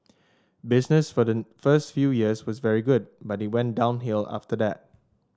business for the first few years was very good but it went downhill after that